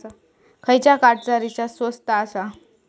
खयच्या कार्डचा रिचार्ज स्वस्त आसा?